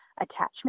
attachment